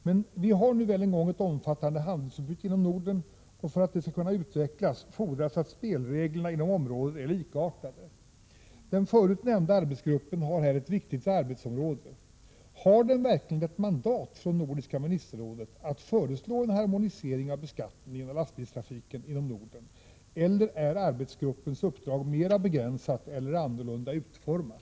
Men vi har nu väl en gång ett omfattande handelsutbyte inom Norden, och för att det skall kunna utvecklas fordras att spelreglerna inom området är likartade. Den förut nämnda arbetsgruppen har här ett viktigt arbetsområde. Har den verkligen ett mandat från Nordiska ministerrådet att föreslå en harmonisering av beskattningen av lastbilstrafiken inom Norden, eller är arbetsgruppens uppdrag mer begränsat eller annorlunda utformat?